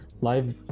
live